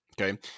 Okay